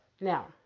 Now